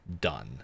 done